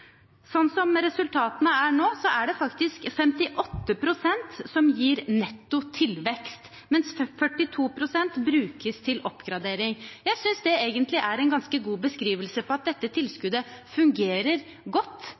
som resultatene er nå, er det faktisk 58 pst. som gir netto tilvekst, mens 42 pst. brukes til oppgradering. Jeg synes egentlig det er en ganske god beskrivelse av at dette tilskuddet fungerer godt